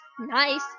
Nice